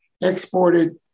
exported